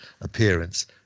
appearance